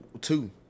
two